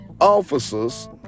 officers